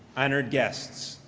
honored guests,